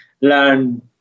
learn